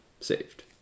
saved